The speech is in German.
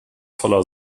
voller